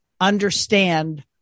understand